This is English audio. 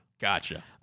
Gotcha